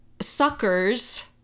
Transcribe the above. suckers